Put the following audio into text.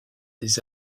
des